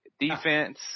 Defense